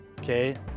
okay